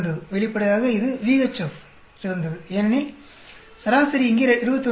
வெளிப்படையாக இது VHF சிறந்தது ஏனெனில் சராசரி இங்கே 21